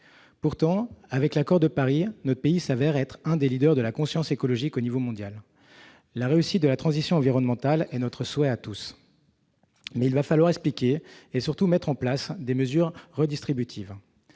Pourtant, avec l'accord de Paris, notre pays se révèle l'un des de la conscience écologique à l'échelon mondial. La réussite de la transition environnementale est notre souhait à tous. Toutefois, il va falloir expliquer et, surtout, mettre en place des mesures redistributives